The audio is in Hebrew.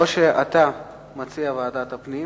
אתה מציע ועדת הפנים,